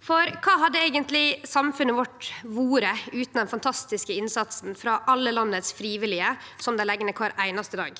S. Kva hadde eigentleg samfunnet vårt vore utan den fantastiske innsatsen frå alle landets frivillige, som dei legg ned kvar einaste dag,